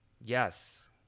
Yes